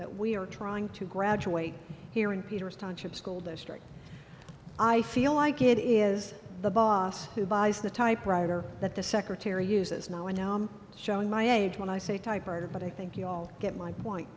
that we are trying to graduate here in peter's township school district i feel like it is the boss who buys the typewriter that the secretary uses now and now i'm showing my age when i say typewriter but i think you all get my point